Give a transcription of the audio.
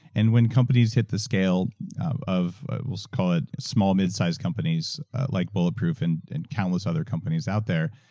and when companies hit the scale of we'll call it small, midsize companies like bulletproof and countless other companies out there,